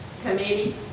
committee